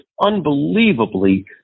unbelievably